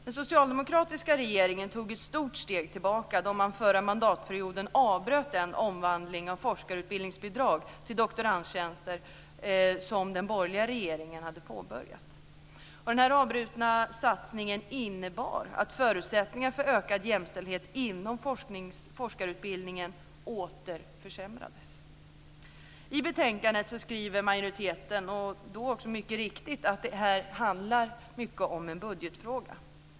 Den socialdemokratiska regeringen tog ett stort steg tillbaka då man under den förra mandatperioden avbröt den omvandling av forskarutbildningsbidrag till doktorandtjänster som den borgerliga regeringen hade påbörjat. Denna avbrutna satsning innebar att förutsättningarna för ökad jämställdhet inom forskarutbildningen åter försämrades. I betänkandet skriver majoriteten mycket riktigt att detta mycket handlar om en budgetfråga.